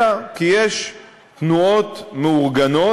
אלא כי יש תנועות מאורגנות,